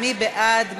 מי בעד?